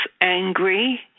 angry